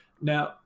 Now